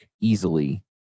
easily